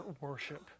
worship